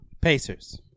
Pacers